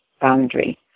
boundary